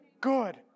good